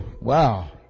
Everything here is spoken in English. Wow